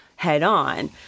head-on